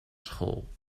school